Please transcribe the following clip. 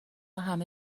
همه